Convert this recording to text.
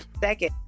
second